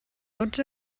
tots